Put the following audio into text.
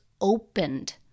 opened